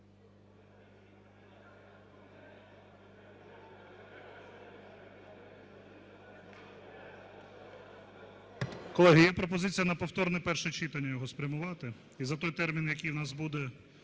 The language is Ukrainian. Колеги, є пропозиція на повторне перше читання його спрямувати, і за той термін, який у нас буде